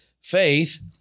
Faith